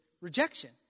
rejection